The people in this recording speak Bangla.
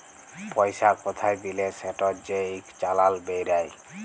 পইসা কোথায় দিলে সেটর যে ইক চালাল বেইরায়